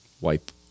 wipe